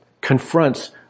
confronts